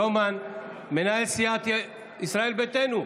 רומן, מנהל סיעת ישראל ביתנו.